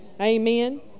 Amen